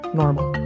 normal